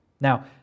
Now